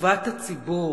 טובת הציבור,